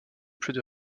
couple